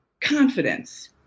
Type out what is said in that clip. confidence